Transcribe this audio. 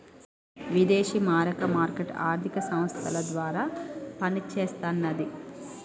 విదేశీ మారక మార్కెట్ ఆర్థిక సంస్థల ద్వారా పనిచేస్తన్నది